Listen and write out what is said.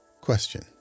Question